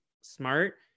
smart